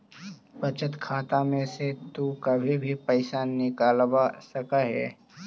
बचत खाता में से तु कभी भी पइसा निकलवा सकऽ हे